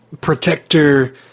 protector